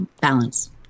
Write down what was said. balance